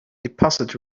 deposit